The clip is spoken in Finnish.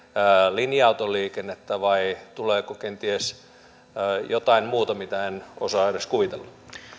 linja autoliikennettä vai tuleeko kenties jotain muuta mitä en osaa edes kuvitella